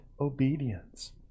obedience